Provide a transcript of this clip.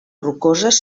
rocoses